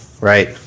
Right